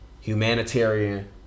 humanitarian